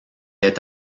est